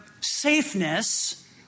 safeness